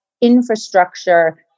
infrastructure